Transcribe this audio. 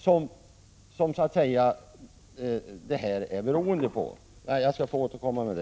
Jag återkommer, herr talman, till detta i min nästa replik.